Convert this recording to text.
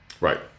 Right